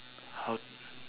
how